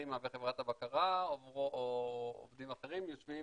סלימה וחברת הבקרה או עובדים אחרים יושבים